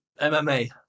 MMA